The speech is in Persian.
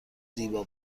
زیبا